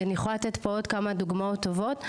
אני יכולה לתת פה עוד כמה דוגמאות טובות,